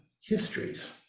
histories